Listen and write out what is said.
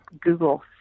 Google